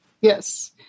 Yes